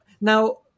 Now